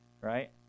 Right